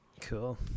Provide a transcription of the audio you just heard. cool